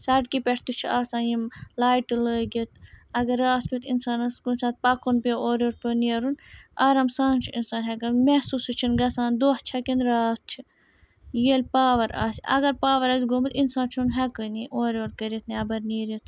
سَڑکہِ پٮ۪ٹھ تہِ چھُ آسان یِم لایٹہٕ لٲگِتھ اگر راتھ کیُتھ اِنسانَس کُنہِ ساتہٕ پَکُن پیوٚو اورٕ یورٕ پیوٚو نیرُن آرام سان چھُ اِنسان ہٮ۪کان محسوٗسٕے چھُنہٕ گژھان دۄہ چھےٚ کِنہٕ راتھ چھِ ییٚلہِ پاوَر آسہِ اَگر پاوَر آسہِ گوٚمُت اِنسان چھُنہٕ ہٮ۪کٲنی اورٕ یورٕ کٔرِتھ نٮ۪بَر نیٖرِتھ